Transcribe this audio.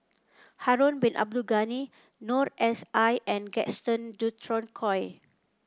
Harun Bin Abdul Ghani Noor S I and Gaston Dutronquoy